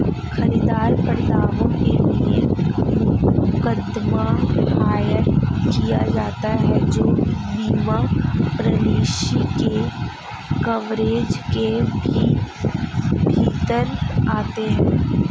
खरीदार पर दावों के लिए मुकदमा दायर किया जाता है जो बीमा पॉलिसी के कवरेज के भीतर आते हैं